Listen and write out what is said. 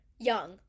Young